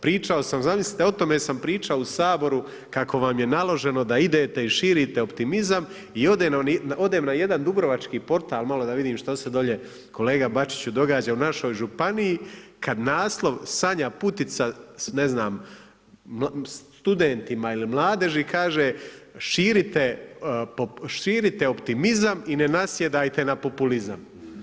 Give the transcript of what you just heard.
Pričao sam zamislite o tome sam pričao u Saboru kako vam je naloženo da idete i širite optimizam i odem na jedan dubrovački portal malo da vidim šta se dolje kolega Bačiću događa u našoj županiji, kada naslov Sanja Putica ne znam studentima ili mladeži, širite optimizam i ne nasjedajte na populizam.